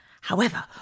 However